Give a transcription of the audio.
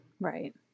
Right